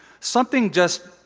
something just